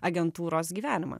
agentūros gyvenimą